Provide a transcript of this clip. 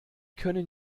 können